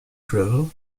drivel